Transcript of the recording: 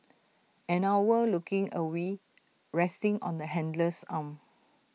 an owl looking awed resting on the handler's arm